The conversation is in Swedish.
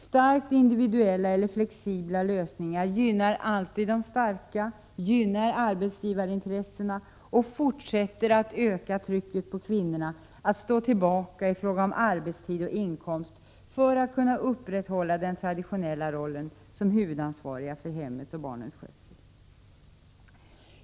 Starkt individuella eller flexibla lösningar gynnar alltid de starka, gynnar arbetsgivarintressena och fortsätter att öka trycket på kvinnorna att stå tillbaka i fråga om arbetstid och inkomst för att kunna upprätthålla den traditionella rollen som huvudansvarig för hemmet och barnens skötsel.